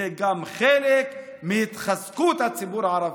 גם זה חלק מהתחזקות הציבור הערבי.